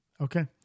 Okay